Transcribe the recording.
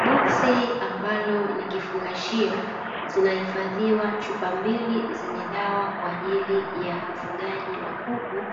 Boksi ambalo ni kifungashio zinahifadhiwa chupa mbili zenye dawa, kwa ajili ya ufugaji wa kuku